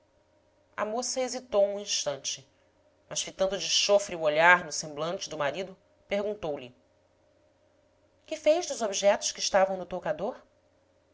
a moça hesitou um instante mas fitando de chofre o olhar no semblante do marido perguntou-lhe que fez dos objetos que estavam no toucador